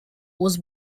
was